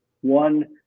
one